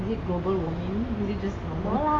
is it global warming is it just normal